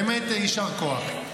באמת יישר כוח.